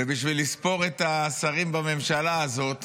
ובשביל לספור את השרים בממשלה הזאת